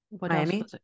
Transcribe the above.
Miami